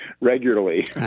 regularly